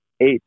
eight